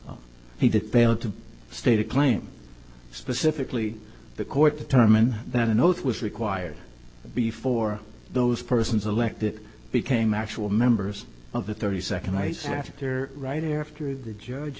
he did fail to state a claim specifically the court determined that an oath was required before those persons elected became actual members of the thirty second ice after right after the judge